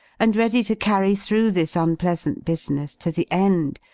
and ready to carry through this unpleasant business to the end,